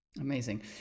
Amazing